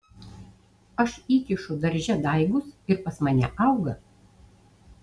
aš įkišu darže daigus ir pas mane auga